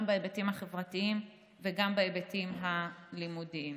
בהיבטים החברתיים וגם בהיבטים הלימודיים.